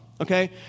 Okay